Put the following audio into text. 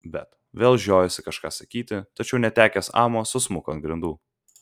bet vėl žiojosi kažką sakyti tačiau netekęs amo susmuko ant grindų